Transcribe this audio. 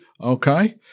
Okay